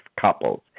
couples